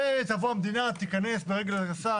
ותבוא המדינה, תיכנס ברגל גסה.